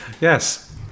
Yes